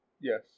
Yes